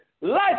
life